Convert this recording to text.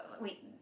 Wait